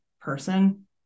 person